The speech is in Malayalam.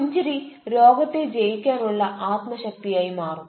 പുഞ്ചിരി രോഗത്തെ ജയിക്കാനുള്ള അത്മശക്തിയായി മാറും